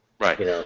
Right